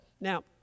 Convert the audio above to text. Now